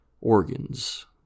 organs